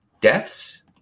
Deaths